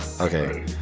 Okay